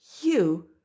You